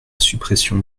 suppression